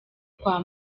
kwa